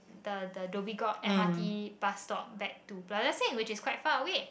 the the Dhoby-Ghaut m_r_t bus stop back to Plaza Sing which is quite far away